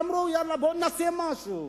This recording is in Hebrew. אמרו: יאללה, בואו נעשה משהו,